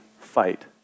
fight